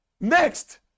Next